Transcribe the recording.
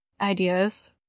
ideas